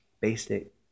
Basic